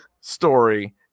story